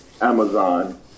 Amazon